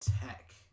tech